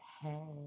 hey